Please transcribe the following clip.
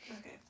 Okay